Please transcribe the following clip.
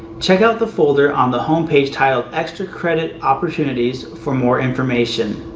check out the folder on the home page titled extra credit opportunities for more information.